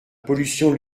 pollution